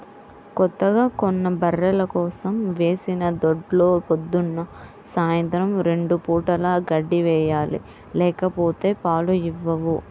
కొత్తగా కొన్న బర్రెల కోసం వేసిన దొడ్లో పొద్దున్న, సాయంత్రం రెండు పూటలా గడ్డి వేయాలి లేకపోతే పాలు ఇవ్వవు